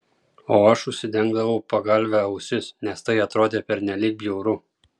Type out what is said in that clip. o aš užsidengdavau pagalve ausis nes tai atrodė pernelyg bjauru